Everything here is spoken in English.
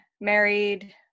married